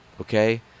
Okay